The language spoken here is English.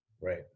Right